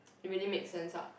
really makes sense ah